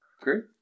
great